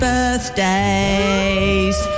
Birthdays